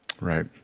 right